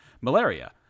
malaria